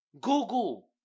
Google